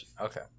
Okay